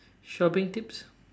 shopping tips